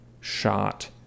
shot